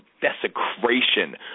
desecration